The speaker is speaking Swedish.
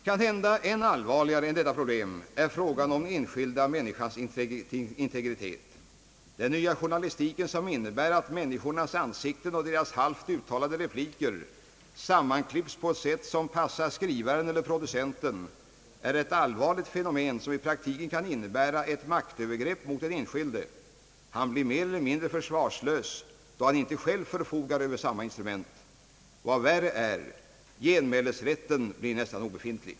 Kanhända än allvarligare än detta problem är frågan om den enskilda människans integritet. Den nya journalistiken, som innebär att människornas ansikten och deras halvt uttalade repliker sammanklipps på ett sätt som passar skrivaren eller producenten, är ett allvarligt fenomen som i praktiken kan innebära eti maktövergrepp mot den enskilde. Han blir mer eller mindre försvarslös då han inte själv förfogar över samma instrument. Vad värre är — genmälesrätten blir nästan obefintlig.